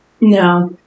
No